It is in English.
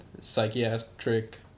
Psychiatric